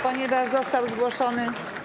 Ponieważ został zgłoszony.